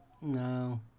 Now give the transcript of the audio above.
No